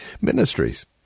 Ministries